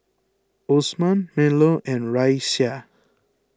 Osman Melur and Raisya